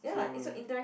so